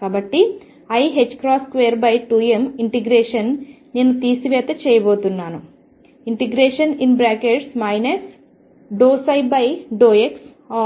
కాబట్టి iℏ2m∫ నేను తీసివేత చేయబోతున్నాను ∫ ∂ψ∂x∂xx